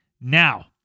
Now